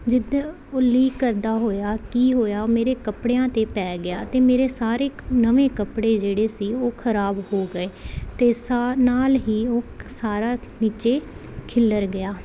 ਜਿੱਦਾਂ ਉਹ ਲੀਕ ਕਰਦਾ ਹੋਇਆ ਕੀ ਹੋਇਆ ਮੇਰੇ ਕੱਪੜਿਆਂ 'ਤੇ ਪੈ ਗਿਆ ਅਤੇ ਮੇਰੇ ਸਾਰੇ ਨਵੇਂ ਕੱਪੜੇ ਜਿਹੜੇ ਸੀ ਉਹ ਖ਼ਰਾਬ ਹੋ ਗਏ ਅਤੇ ਸਾਹ ਨਾਲ ਹੀ ਉਹ ਸਾਰਾ ਨੀਚੇ ਖਿੱਲਰ ਗਿਆ